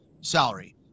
salary